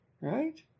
Right